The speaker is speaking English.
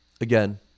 Again